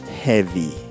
heavy